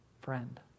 friend